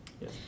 Yes